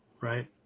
right